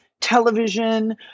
television